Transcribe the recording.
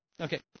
Okay